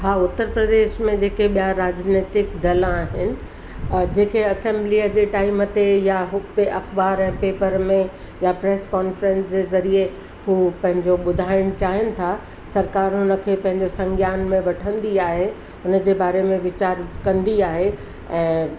हा उत्तर प्रदेश में जेके ॿियां राजनितिक दल आहिनि जेके असैंबलीअ में टाइम ते या हुते अख़बार पेपर में या प्रैस कॉन्फैंस जे ज़रिए हू पंहिंजो ॿुधाइणु चाहिनि था सरकारि हुन खे पंहिंजो संज्ञान में वठंदी आहे हुन जे बारे में वीचार कंदी आहे ऐं